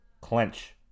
Clench